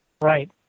Right